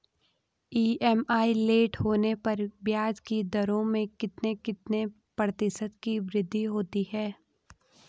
EMI late होने पर ब्याज की दरों में कितने कितने प्रतिशत की वृद्धि होती है?